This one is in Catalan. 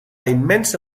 immensa